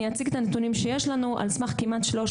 אני אציג את הנתונים שיש לנו על סמך כמעט 300